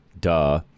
Duh